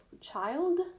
child